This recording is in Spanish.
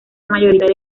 mayoritaria